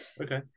Okay